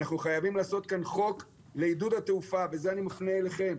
אנחנו חייבים לעשות כאן חוק לעידוד התעופה ואת זה אני מפנה אליכם.